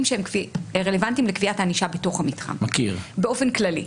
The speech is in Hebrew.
שהם רלוונטיים לקביעת הענישה בתוך המתחם באופן כללי.